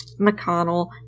McConnell